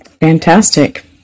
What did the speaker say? fantastic